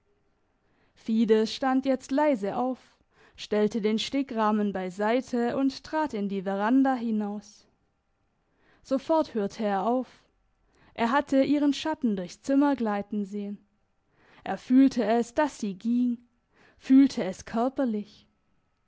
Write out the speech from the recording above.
fides stand jetzt leise auf stellte den stickrahmen beiseite und trat in die veranda hinaus sofort hörte er auf er hatte ihren schatten durchs zimmer gleiten sehen er fühlte es dass sie ging fühlte es körperlich